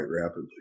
rapidly